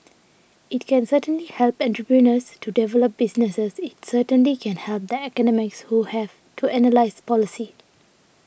it can certainly help entrepreneurs to develop businesses it certainly can help that academics who have to analyse policy